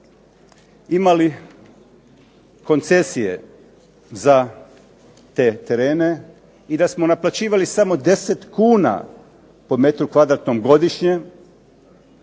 imali koncesije za te terene i da smo naplaćivali samo 10 kuna po metru kvadratnom godišnje,